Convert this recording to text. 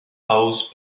house